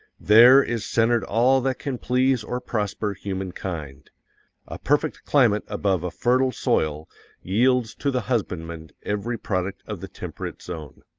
there is centered all that can please or prosper humankind. a perfect climate above a fertile soil yields to the husbandman every product of the temperate zone.